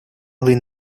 lean